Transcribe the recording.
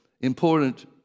important